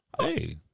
Hey